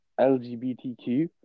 LGBTQ